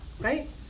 Right